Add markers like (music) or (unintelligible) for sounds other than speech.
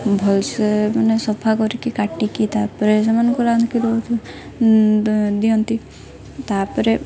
ଭଲସେ ମାନେ ସଫା କରିକି କାଟିକି ତାପରେ ସେମାନଙ୍କ ରାନ୍ଧିକି (unintelligible) ଦିଅନ୍ତି ତାପରେ